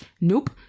nope